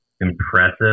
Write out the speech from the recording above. impressive